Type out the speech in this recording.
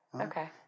Okay